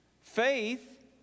Faith